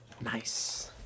Nice